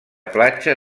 platja